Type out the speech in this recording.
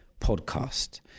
podcast